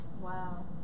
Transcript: Wow